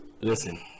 Listen